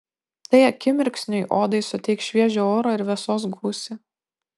tai akimirksniui odai suteiks šviežio oro ir vėsos gūsį